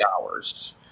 hours